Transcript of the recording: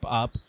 up